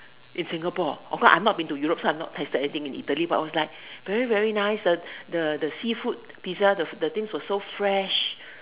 in Singapore of course I've not been to Europe so I've not tasted anything in Italy but it was like very very nice the the the seafood pizza the things were so fresh